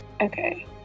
Okay